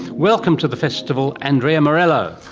welcome to the festival andrea morello.